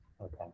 Okay